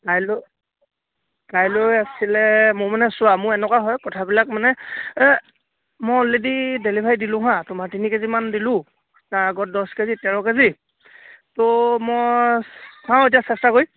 কাইলৈ কাইলৈ আছিলে মোৰ মানে চোৱা মোৰ এনেকুৱা হয় কথাবিলাক মানে মই অলৰেডি ডেলিভাৰী দিলোঁ হা তোমাৰ তিনি কেজিমান দিলোঁ তাৰ আগত দছ কেজি তেৰ কেজি ত' মই চাওঁ এতিয়া চেষ্টা কৰি